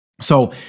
So-